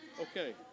Okay